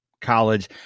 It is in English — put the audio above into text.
college